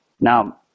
Now